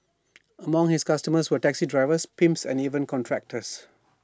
among his customers were taxi drivers pimps and even contractors